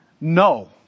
no